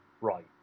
right